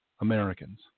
Americans